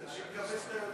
אדוני סגן השר, אתה לא יודע